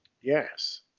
Yes